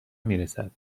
میرسد